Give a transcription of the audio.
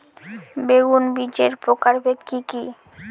বেগুন বীজের প্রকারভেদ কি কী?